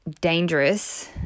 dangerous